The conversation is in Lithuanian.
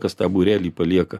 kas tą būrelį palieka